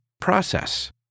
process